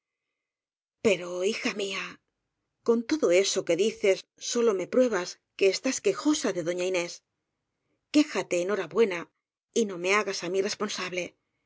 pero hija mía con todo eso que dices sólo me pruebas que estás quejosa de doña inés qué jate en hora buena y no me hagas á mí responsa